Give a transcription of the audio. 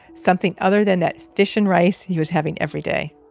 something other than that fish and rice he was having every day